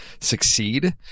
succeed